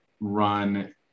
run